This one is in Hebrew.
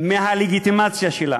מהלגיטימציה שלה.